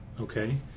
Okay